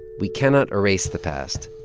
we cannot erase the past,